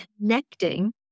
connecting